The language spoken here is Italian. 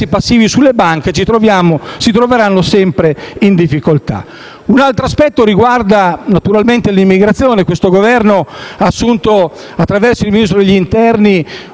passivi sulle banche, le imprese si troveranno sempre in difficoltà. Un altro aspetto riguarda, naturalmente, l'immigrazione. Questo Governo ha assunto, attraverso il Ministro dell'interno,